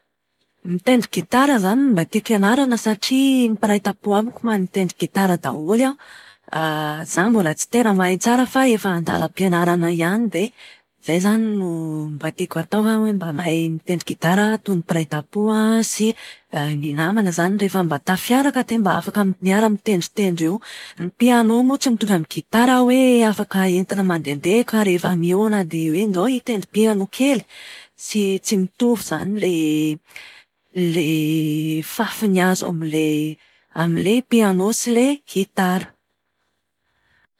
Mitendry gitara izany no mba tiako ianarana satria ny mpiray tam-po amiko mahay mitendry gitara daholo an, izaho mbola tsy tena mahay tsara fa efa an-dalam-pianarana ihany dia izay izany no mba tiako atao an hoe mba mahay mitendry gitara toy ny mpiray tam-po sy ny namana izany. Rehefa mba tafiaraka dia mba afaka miara-mitendritendry eo. Ny piano moa tsy mitovy amin'ny gitara hoe afaka entina mandehandeha ka rehefa mihaona dia hoe andao hitendry piano kely! Tsy tsy mitovy izany ilay ilay fafiny azo amin'ilay amin'ilay piano sy ilay gitara.